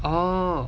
oh